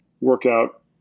workout